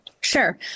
Sure